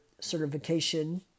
certification